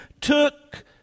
took